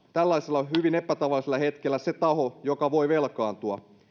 tällaisella hyvin epätavallisella hetkellä se taho joka voi velkaantua